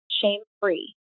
shame-free